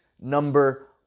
number